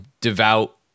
devout